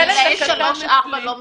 גילאי 3-4 לא מתוקצבים.